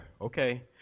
okay